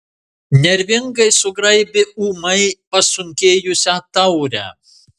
nervingai sugraibė ūmai pasunkėjusią taurę